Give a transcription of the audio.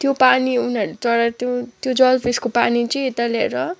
त्यो पानी उनीहरूले चढाएर त्यो त्यो जलपेशको पानी चाहिँ यता ल्याएर